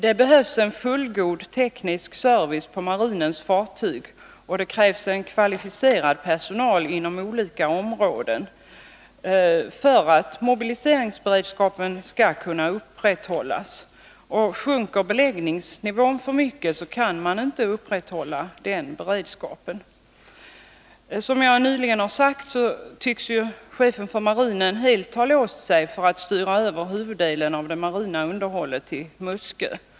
Det behövs en fullgod teknisk service för marinens fartyg, och det krävs en kvalificerad personal inom olika områden för att mobiliseringsberedskapen skall kunna upprätthållas. Sjunker beläggningsnivån för mycket, kan man inte upprätthålla den beredskapen. Som jag nyligen sagt tycks chefen för marinen helt ha låst sig för att styra över huvuddelen av det marina underhållet till Muskö.